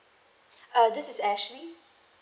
uh this is ashley